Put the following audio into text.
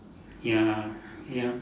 ya ya